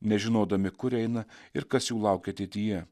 nežinodami kur eina ir kas jų laukia ateityje